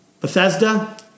Bethesda